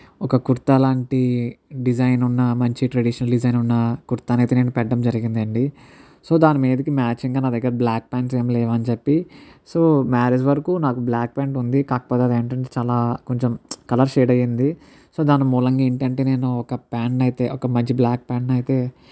ఒక కుర్తా లాంటి డిజైన్ ఉన్న మంచి ట్రెడిషనల్ డిజైన్ ఉన్న కుర్తాను అయితే నేను పెట్టడం జరిగిందండి సో దానిమీదకి మ్యాచింగా నా దగ్గర బ్లాక్ పాంట్స్ ఏమీ లేవు అని చెప్పి సో మ్యారేజ్ వరకు నాకు బ్లాక్ పాంట్ ఉంది కాకపోతే అదేంటి అంటే నాకు చాలా కొంచెం కలర్ షేడ్ అయింది సో దాని మూలంగా ఏంటి అంటే నేను ఒక ఫాంట్ని అయితే ఒక మంచి బ్లాక్ పాంట్ని అయితే